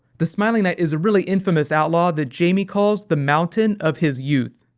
the smiling knight is a really infamous outlaw that jamie calls the mountain of his youth.